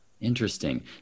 Interesting